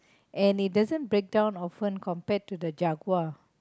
and it doesn't break down often compared to the Jaguar